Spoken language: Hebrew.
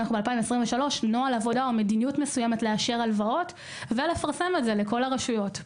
עבודה בכל הנוגע באישור הלוואות ולפרסמו לכל הרשויות.